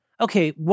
Okay